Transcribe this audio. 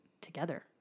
together